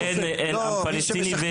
אין עם פלסטיני.